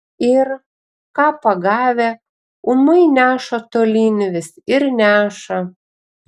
ir ką pagavę ūmai neša tolyn vis ir neša